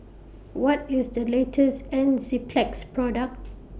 What IS The latest Enzyplex Product